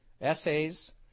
essays